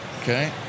Okay